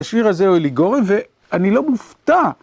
השיר הזה הוא אליגורי ואני לא מופתע.